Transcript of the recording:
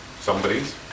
Somebody's